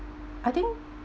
I think